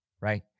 right